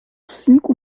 cinco